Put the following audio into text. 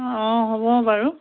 অঁ হ'ব বাৰু